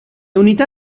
unità